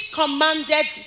commanded